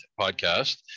podcast